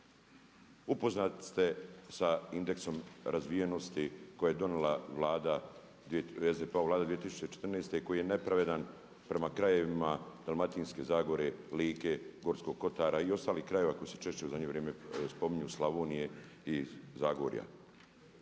Upoznati sa indeksom razvijenosti koji je donijela Vlada, SDP-ova Vlada 2014. i koji je nepravedan prema krajevima Dalmatinske zagore, Like, Gorskog kotara i ostalih krajeva koji se češće u zadnje vrijeme spominju Slavonije i Zagorja.